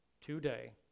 today